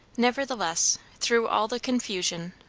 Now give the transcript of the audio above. nevertheless, through all the confusion,